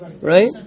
right